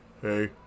Hey